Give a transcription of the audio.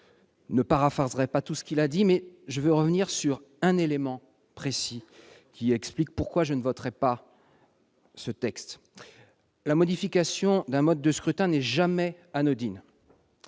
je ne paraphraserai pas son propos, mais reviendrai sur un élément précis qui explique pourquoi je ne voterai pas ce texte. La modification d'un mode de scrutin n'est jamais anodine.